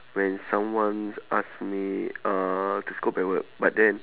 when someone ask me uh to scold bad word but then